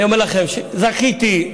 אני אומר לכם, זכיתי,